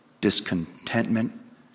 discontentment